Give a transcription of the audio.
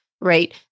right